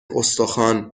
استخوان